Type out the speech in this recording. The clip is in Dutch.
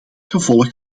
gevolg